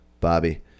Bobby